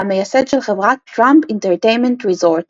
והמייסד של חברת "Trump Entertainment Resorts",